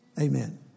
Amen